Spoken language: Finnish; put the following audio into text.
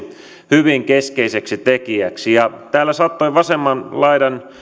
hyvin keskeiseksi tekijäksi ja täällä saattoi vasemman laidan